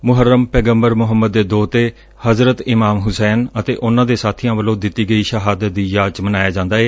ਮੁਹੱਰਮ ਪੈਗੰਬਰ ਮੁਹੰਮਦ ਦੇ ਦੋਹਤੇ ਹਜ਼ਰਤ ਇਮਾਮ ਹੁਸੈਨ ਅਤੇ ਉਨ੍ਹਾਂ ਦੇ ਸਾਬੀਆਂ ਵੱਲੋਂ ਦਿੱਤੀ ਗਈ ਸ਼ਹਾਦਤ ਦੀ ਯਾਦ ਚ ਮਨਾਇਆ ਜਾਂਦਾ ਏ